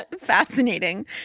Fascinating